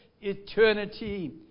eternity